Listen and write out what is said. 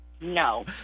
No